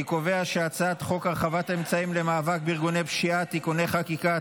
אני קובע שהצעת חוק הרחבת האמצעים למאבק בארגוני פשיעה (תיקוני חקיקה),